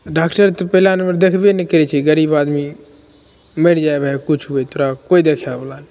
doctor तऽ पहिला number देखबे नहि करैत छै गरीबो आदमी मरि जाइ भए किछु होइ तोरा कोइ देखएबला नहि